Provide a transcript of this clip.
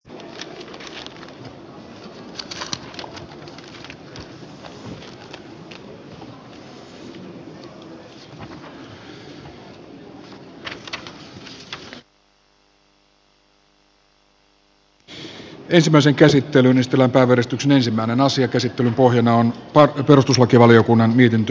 ensimmäisen käsittelyn eteläpää verestyksen ensimmäinen asia käsittelyn pohjana on perustuslakivaliokunnan mietintö